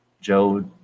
joe